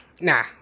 nah